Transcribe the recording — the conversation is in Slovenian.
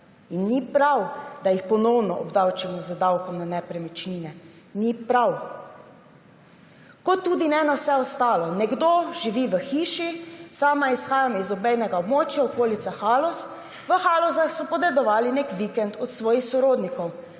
Ni prav, da jih ponovno obdavčimo z davkom na nepremičnine. Ni prav. Kot tudi ne na vse ostalo. Nekdo živi v hiši – sama izhajam iz obmejnega območja, okolica Haloz – v Halozah so podedovali nek vikend od svojih sorodnikov.